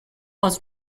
was